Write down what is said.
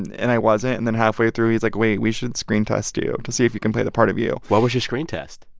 and i wasn't. and then halfway through, he's like, wait, we should screen test you to see if you can play the part of you what was your screen test?